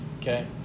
Okay